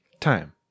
time